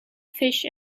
fish